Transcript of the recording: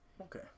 okay